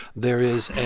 there is a